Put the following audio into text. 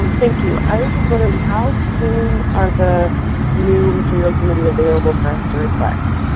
um thank you, i was just wondering how soon are the new materials going to be available for us to request?